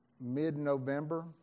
mid-November